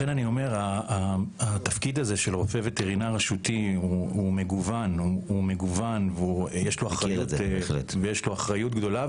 התפקיד של רופא-וטרינר רשותי הוא מגוון ויש לו אחריות גדולה.